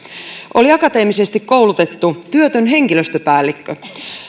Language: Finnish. oli akateemisesti koulutettu työtön henkilöstöpäällikkö